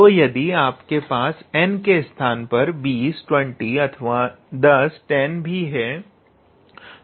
तो यदि आपके पास n के स्थान पर 20 अथवा 10 भी है